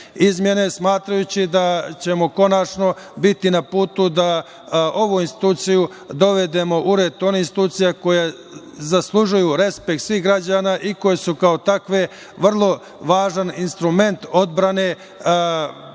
smatrajući da ćemo konačno biti na putu da ovu instituciju dovedemo u red onih institucija koje zaslužuju respekt svih građana i koje su kao takve vrlo važan instrument odbrane